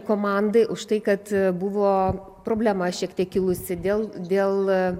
komandai už tai kad buvo problema šiek tiek kilusi dėl dėl